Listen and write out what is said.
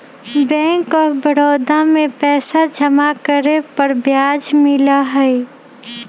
bank of Baroda में पैसा जमा करे पर ब्याज मिला हई